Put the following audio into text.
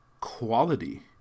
quality